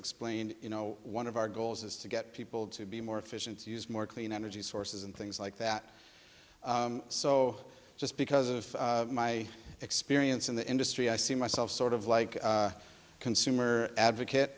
explained you know one of our goals is to get people to be more efficient use more clean energy sources and things like that so just because of my experience in the industry i see myself sort of like a consumer advocate